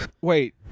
Wait